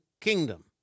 kingdom